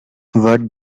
what